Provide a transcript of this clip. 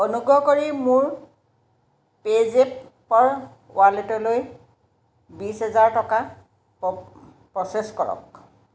অনুগ্ৰহ কৰি মোৰ পে'জেপৰ ৱালেটলৈ বিছ হাজাৰ টকা প্ৰ'চেছ কৰক